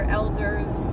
elders